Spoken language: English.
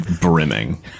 brimming